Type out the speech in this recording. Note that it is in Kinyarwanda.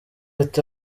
ati